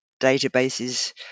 databases